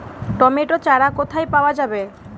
Tomato চারা কোথায় পাওয়া যাবে?